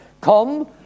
Come